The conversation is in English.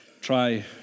Try